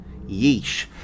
Yeesh